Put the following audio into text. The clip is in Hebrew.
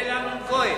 כולל אמנון כהן.